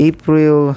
April